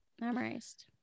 memorized